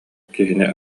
киһини